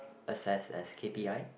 assessed as k_p_i